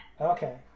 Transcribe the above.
Okay